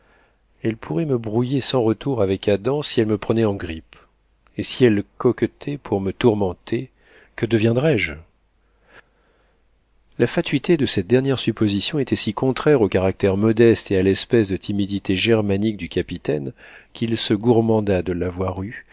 elle pourrait me brouiller sans retour avec adam si elle me prenait en grippe et si elle coquettait pour me tourmenter que deviendrais-je la fatuité de cette dernière supposition était si contraire au caractère modeste et à l'espèce de timidité germanique du capitaine qu'il se gourmanda de l'avoir eue